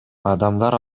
адамдар